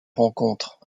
rencontres